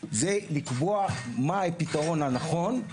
זה לקבוע מה הפתרון הנכון,